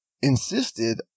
insisted